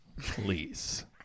Please